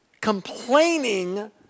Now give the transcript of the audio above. Complaining